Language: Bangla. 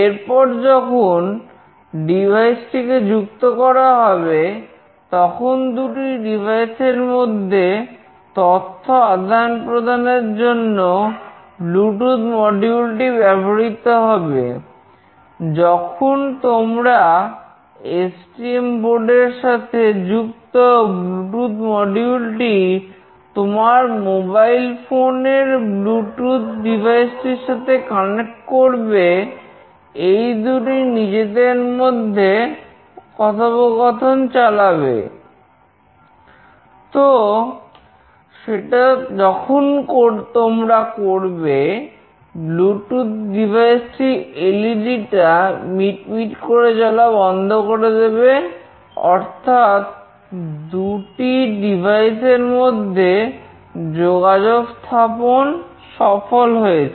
এরপর যখন ডিভাইস টা মিটমিট করে জ্বলা বন্ধ করে দেবে অর্থাৎ দুটি ডিভাইসের মধ্যে যোগাযোগ স্থাপন সফল হয়েছে